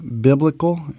biblical